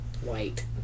White